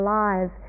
lives